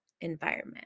environment